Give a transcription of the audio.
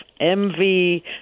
MV